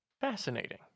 Fascinating